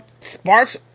sparks